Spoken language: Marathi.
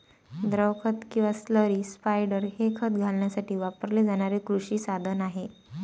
द्रव खत किंवा स्लरी स्पायडर हे खत घालण्यासाठी वापरले जाणारे कृषी साधन आहे